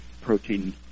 protein